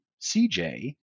CJ